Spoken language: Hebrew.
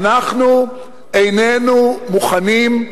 אנחנו איננו מוכנים,